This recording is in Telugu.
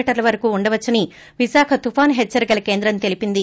మీ వరకు ఉండవచ్చని విశాఖ తుపాను హెచ్చరికల కేంద్రం తెలిపింది